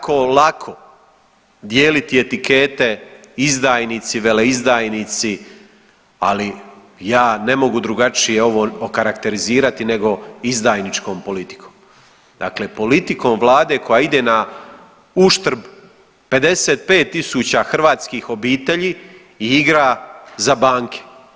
Ne volim tako lako dijeliti etikete izdajnici, veleizdajnici, ali ja ne mogu drugačije ovo okarakterizirati nego izdajničkom politikom, dakle politikom vlade koja ide na uštrb 55.000 hrvatskih obitelji i igra za banke.